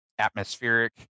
Atmospheric